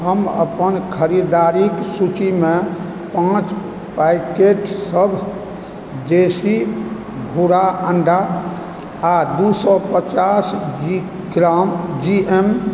हम अपन ख़रीदारीक सूचीमे पाँच पैकेटसभ देसी भूरा अंडा आ दू सए पचास जी एम